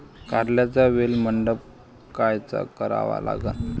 कारल्याचा वेल मंडप कायचा करावा लागन?